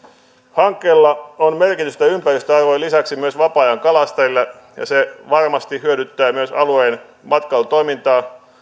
hankkeella on merkitystä ympäristöarvojen lisäksi myös vapaa ajankalastajille ja se varmasti hyödyttää myös alueen matkailutoimintaa